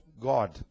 God